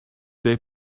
they